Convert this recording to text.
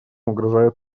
угрожает